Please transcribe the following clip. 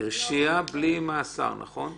הרשיע בלי מאסר, נכון?